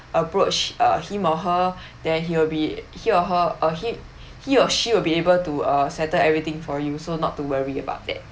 approach uh him or her then he'll be he or her uh him he or she will be able to uh settle everything for you so not to worry about it